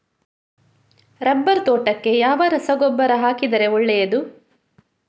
Rubber ತೋಟಕ್ಕೆ ಯಾವ ರಸಗೊಬ್ಬರ ಹಾಕಿದರೆ ಒಳ್ಳೆಯದು?